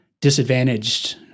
disadvantaged